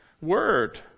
word